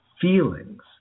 feelings